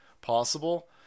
possible